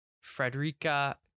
Frederica